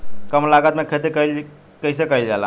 कम लागत में खेती कइसे कइल जाला?